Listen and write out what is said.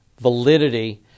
validity